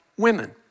women